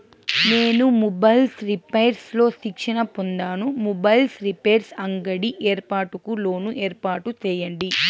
నేను mobiles repairs లో శిక్షణ పొందాను, మొబైల్ రిపైర్స్ అంగడి ఏర్పాటుకు లోను ఏర్పాటు సేయండి?